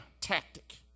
tactic